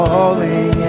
Falling